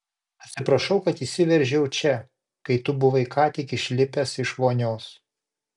atsiprašau kad įsiveržiau čia kai tu buvai ką tik išlipęs iš vonios